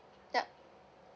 yup